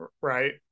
right